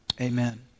amen